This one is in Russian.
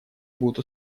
будут